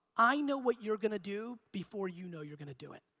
i know what you're gonna do before you know you're gonna do it.